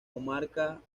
comarca